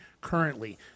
currently